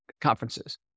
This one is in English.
conferences